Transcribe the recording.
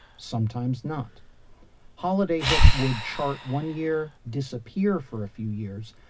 sometimes not holiday hits would chart one year, disappear for a few years,